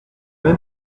même